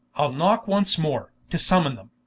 ile knocke once more, to summon them.